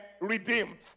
redeemed